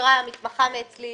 התקשרה המתמחה אצלי